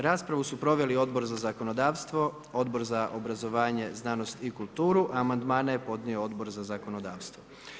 Raspravu su proveli Odbor za zakonodavstvo, Odbor za obrazovanje, znanost i kulturu, amandmane je podnio Odbor za zakonodavstvo.